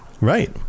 Right